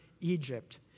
egypt